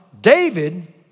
David